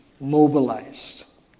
mobilized